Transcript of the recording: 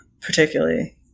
particularly